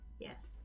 Yes